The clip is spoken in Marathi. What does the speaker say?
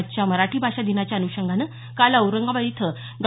आजच्या मराठी भाषा दिनाच्या अन्षंगानं काल औरंगाबाद इथं डॉ